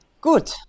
Good